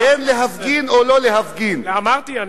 בין להפגין או לא להפגין, אמרתי.